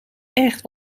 echt